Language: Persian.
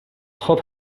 خوب